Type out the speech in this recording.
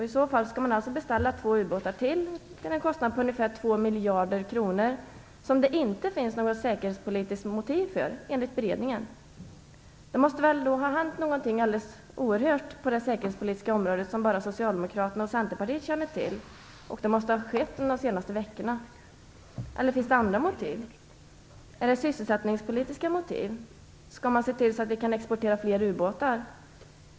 I så fall skall man beställa 2 ubåtar till, till en kostnad av ungefär 2 miljarder kronor som det inte finns något säkerhetspolitiskt motiv för, enligt beredningen. Det måste ha hänt något alldeles oerhört på det säkerhetspolitiska området som bara Socialdemokraterna och Centerpartiet känner till, och det måste ha skett under de senaste veckorna. Eller finns det andra motiv? Handlar det om sysselsättningspolitiska motiv? Skall man se till att vi kan exportera fler ubåtar?